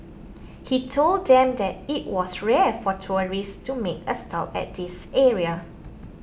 he told them that it was rare for tourists to make a stop at this area